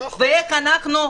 ואיך אנחנו,